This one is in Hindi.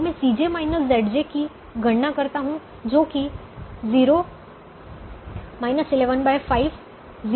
अब मैं Cj Zj की गणना करता हूं जो कि 0 115 0 और 75 हैं